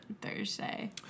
Thursday